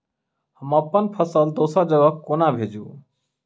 हम अप्पन फसल दोसर जगह कोना भेजू?